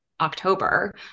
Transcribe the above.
October